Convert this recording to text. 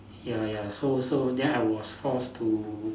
ya ya so so then I was forced to